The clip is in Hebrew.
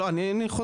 לא אני אומר,